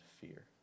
fear